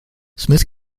smith